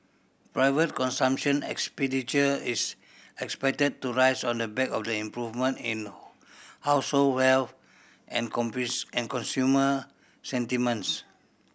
private consumption expenditure is expected to rise on the back of the improvement in household wealth and and consumer sentiments